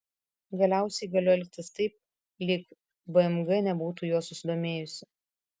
galiausiai galiu elgtis taip lyg bmg nebūtų juo susidomėjusi